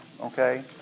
okay